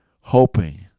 hoping